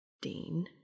Dean